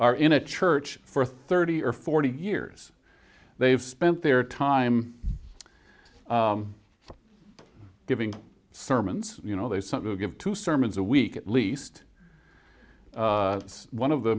are in a church for thirty or forty years they've spent their time giving sermons you know there's something to give to sermons a week at least one of the